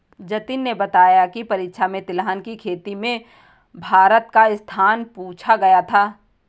जतिन ने बताया की परीक्षा में तिलहन की खेती में भारत का स्थान पूछा गया था